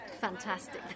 fantastic